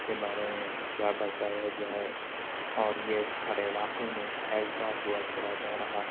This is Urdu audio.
کے بارے میں کیا بتایا جائے اور یہ ہر علاقے میں پھیلتا ہوا چلا جا رہا ہے